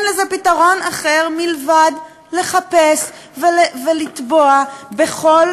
לזה פתרון אחר מלבד לחפש ולתבוע בכל